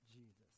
Jesus